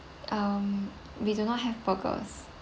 um we do not have burgers